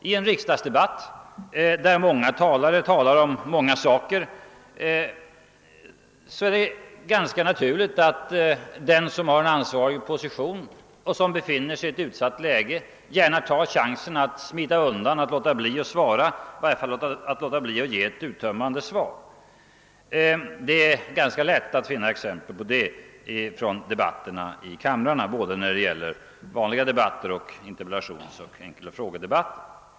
I en riksdagsdebatt där många talar om många saker är det ganska naturligt att den som har en ansvarig position och som befinner sig i ett utsatt läge gärna tar chansen att smita undan och låta bli att svara, i varje fall undvika att ge ett uttömmande svar. Det är gan ;ska lätt att finna exempel på sådant från både vanliga debatter och från interpellationsoch frågedebatter.